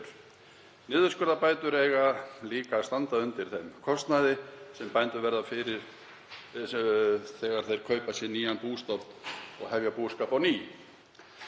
Niðurskurðarbætur eiga líka að standa undir þeim kostnaði sem bændur verða fyrir þegar þeir kaupa sér nýjan bústofn og hefja búskap á ný.